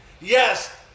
Yes